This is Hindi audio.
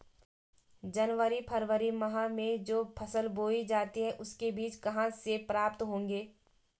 जनवरी फरवरी माह में जो फसल बोई जाती है उसके बीज कहाँ से प्राप्त होंगे?